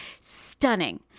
Stunning